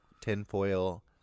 tinfoil